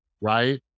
right